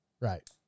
Right